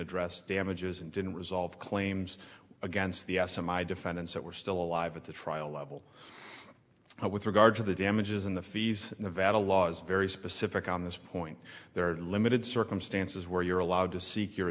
address damages and didn't resolve claims against the semi defendants that were still alive at the trial level but with regard to the damages in the fees nevada laws very specific on this point there are limited circumstances where you're allowed to seek your